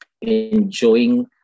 enjoying